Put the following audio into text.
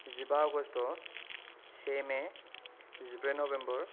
जिबा आगष्ट से मे जिब्रै नभेम्बर